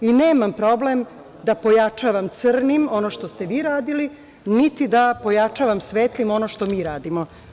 Nemam problem da pojačavam crnim ono što ste vi radili, niti da pojačavam svetlim ono što mi radimo.